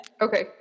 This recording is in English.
Okay